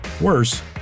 Worse